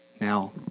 Now